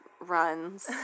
runs